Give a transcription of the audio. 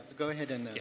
go ahead and yeah.